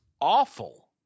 awful